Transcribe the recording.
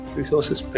resources